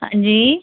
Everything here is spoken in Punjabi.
ਹਾਂਜੀ